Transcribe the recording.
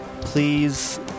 Please